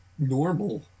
Normal